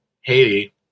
Haiti